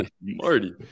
marty